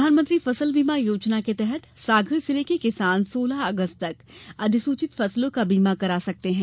प्रधानमंत्री फसल बीमा योजना के तहत सागर जिले के किसान सोलह अगस्त तक अधिसूचित फसलों का बीमा करा सकते हैं